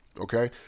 Okay